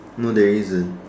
no there isn't